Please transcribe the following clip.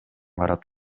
карап